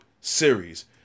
Series